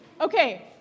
Okay